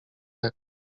jak